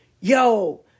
Yo